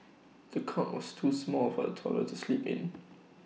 the cot was too small for the toddler to sleep in